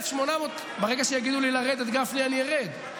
ברגע שיגידו לי לרדת, גפני, אני ארד.